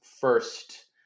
first